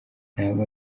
ntabwo